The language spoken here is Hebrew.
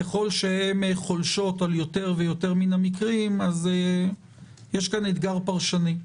ככל שהן חולשות על יותר מן המקרים אז יש כאן אתגר פרשני.